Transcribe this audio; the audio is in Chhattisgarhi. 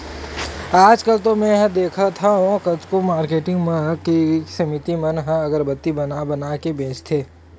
आजकल तो मेंहा देखथँव कतको मारकेटिंग मन के समिति मन ह अगरबत्ती बना बना के बेंचथे